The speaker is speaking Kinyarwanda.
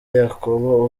yakobo